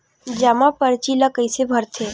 जमा परची ल कइसे भरथे?